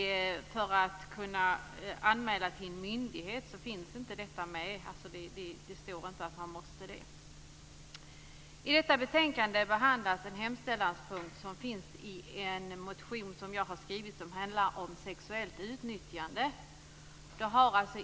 Det står inte att man måste anmäla detta till en myndighet. I det här betänkandet behandlas en hemställanspunkt som finns i en motion som jag har skrivit som handlar om sexuellt utnyttjande.